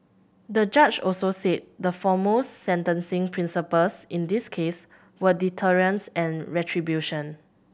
the judge also said the foremost sentencing principles in this case were deterrence and retribution